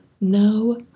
no